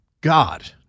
God